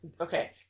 Okay